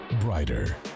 brighter